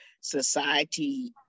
society